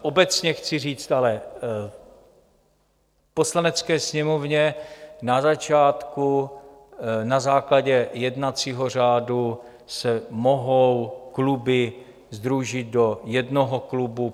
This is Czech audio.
Obecně chci ale říct, v Poslanecké sněmovně na začátku na základě jednacího řádu se mohou kluby sdružit do jednoho klubu.